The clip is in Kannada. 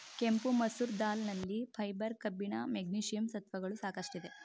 ಕೆಂಪು ಮಸೂರ್ ದಾಲ್ ನಲ್ಲಿ ಫೈಬರ್, ಕಬ್ಬಿಣ, ಮೆಗ್ನೀಷಿಯಂ ಸತ್ವಗಳು ಸಾಕಷ್ಟಿದೆ